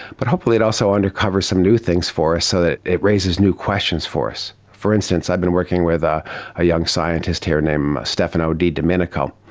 but hopefully it also uncovers some new things for us, so it raises new questions for us. for instance, i've been working with a ah young scientist here named stefano de dominico,